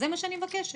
זה מה שאני מבקשת.